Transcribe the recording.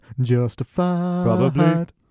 justified